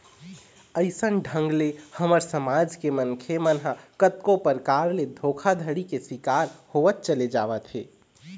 अइसन ढंग ले हमर समाज के मनखे मन ह कतको परकार ले धोखाघड़ी के शिकार होवत चले जावत हे